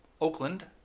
Oakland